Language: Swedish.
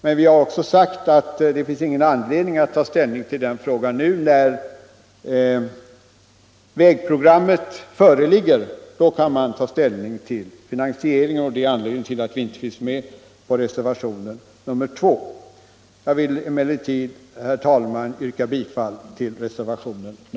Men vi har också sagt att det inte finns någon anledning att ta ställning till den = Nr 48 frågan nu. När vägprogrammet föreligger kan man ta ställning till fi Torsdagen den nansieringen, och det är anledningen till att vi inte är med på reser 3 april 1975 vationen 2. Jag vill emellertid, herr talman, yrka bifall till reservationen 1.